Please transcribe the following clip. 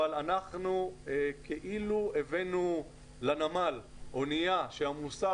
אבל אנחנו כאילו הבאנו לנמל אונייה שהיא עמוסה